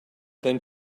than